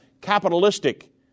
capitalistic